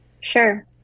Sure